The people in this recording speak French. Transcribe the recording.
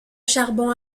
charbon